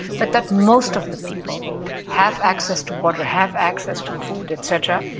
but that most of the people have access to water, have access to food et cetera,